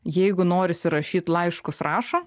jeigu norisi rašyt laiškus rašo